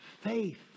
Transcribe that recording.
faith